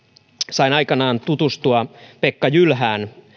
sain aikanaan tutustua pekka jylhään